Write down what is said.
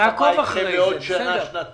להגיד לך מה יקרה בעוד שנה-שנתיים?